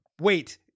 Wait